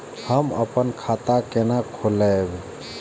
हम अपन खाता केना खोलैब?